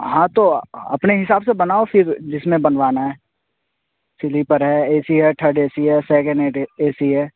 ہاں تو اپنے حساب سے بناؤ پھر جس میں بنوانا ہے سلیپر ہے اے سی ہے تھرڈ اے سی ہے سیکنڈ اے سی ہے